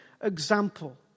example